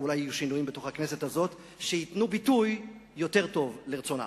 ואולי יהיו שינויים בכנסת הזאת שייתנו ביטוי יותר טוב לרצון העם.